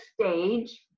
stage